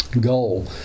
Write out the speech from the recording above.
goal